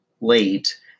late